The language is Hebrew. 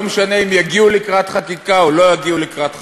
לא משנה אם יגיעו לקראת חקיקה או לא יגיעו לקראת חקיקה.